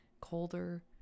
colder